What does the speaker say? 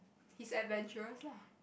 he's adventurous lah